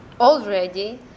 Already